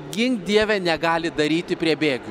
gink dieve negali daryti prie bėgių